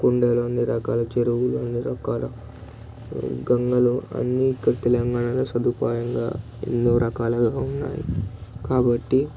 కొండలు అన్నిరకాల చెరువులు అన్నిరకాల గంగలు అన్నీ ఇక్కడ తెలంగాణణాలో సదుపాయంగా ఎన్నో రకాలుగా ఉన్నాయి కాబట్టి